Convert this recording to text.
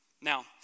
Now